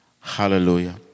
Hallelujah